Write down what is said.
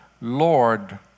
Lord